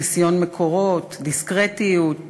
חסיון מקורות, דיסקרטיות,